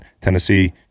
Tennessee